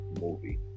movie